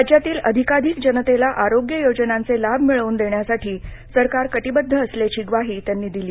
राज्यातील अधिकाधिक जनतेला आरोग्य योजनांचे लाभ मिळवून देण्यासाठी सरकार कटिबध्द असल्याची ग्वाही त्यांनी दिली